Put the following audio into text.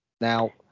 Now